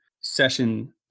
session